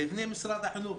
בפני משרד החינוך,